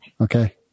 Okay